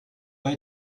pas